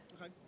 Okay